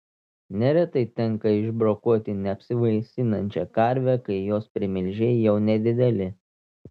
neretai tenka išbrokuoti neapsivaisinančią karvę kai jos primilžiai jau nedideli